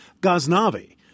Ghaznavi